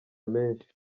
menshi